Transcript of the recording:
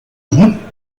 groupe